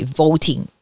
voting